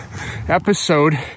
episode